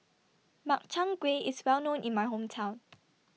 Makchang Gui IS Well known in My Hometown